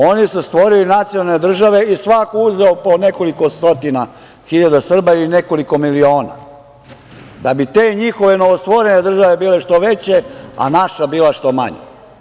Oni su stvorili nacionalne države i svako je uzeo po nekoliko stotina hiljada Srba ili nekoliko miliona, da bi te njihove novostvorene države bile što veće, a naša bila što manja.